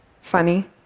funny